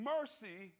Mercy